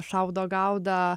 šaudo gaudo